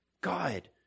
God